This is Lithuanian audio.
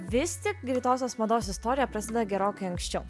vis tik greitosios mados istorija prasideda gerokai anksčiau